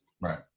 Right